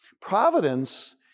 Providence